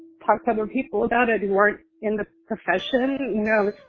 talk to other people about it who aren't in the profession no,